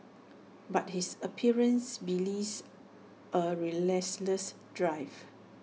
but his appearance belies A relentless drive